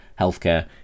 healthcare